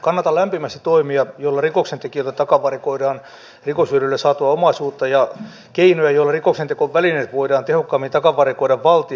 kannatan lämpimästi toimia joilla rikoksentekijöiltä takavarikoidaan rikoshyödyllä saatua omaisuutta ja keinoja joilla rikoksentekovälineet voidaan tehokkaammin takavarikoida valtiolle